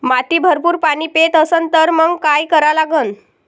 माती भरपूर पाणी पेत असन तर मंग काय करा लागन?